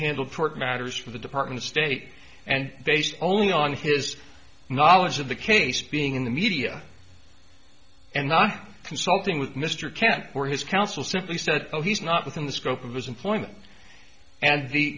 court matters for the department of state and based only on his knowledge of the case being in the media and not consulting with mr kant or his counsel simply said oh he's not within the scope of his employment and the